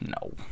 no